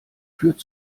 führt